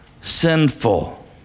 sinful